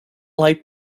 light